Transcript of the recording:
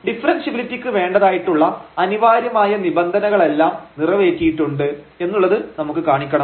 കാരണം ഡിഫറെൻഷ്യബിലിറ്റിക്ക് വേണ്ടതായിട്ടുള്ള അനിവാര്യമായ നിബന്ധനകളെല്ലാം നിറവേറ്റിയിട്ടുണ്ട് എന്നുള്ളത് നമുക്ക് കാണിക്കണം